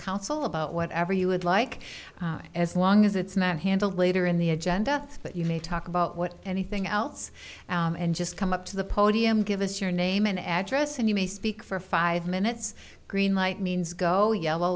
council about whatever you would like as long as it's not handled later in the agenda but you may talk about what anything else and just come up to the podium give us your name and address and you may speak for five minutes green light means go yellow